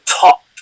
top